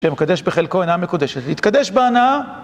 שמקדש בחלקו עיניי מקודשת, להתקדש בעיניי.